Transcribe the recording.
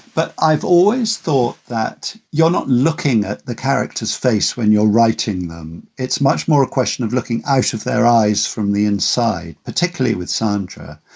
but i've always thought that you're not looking at the character's face when you're writing them. it's much more a question of looking out of their eyes from the inside, particularly with sandra.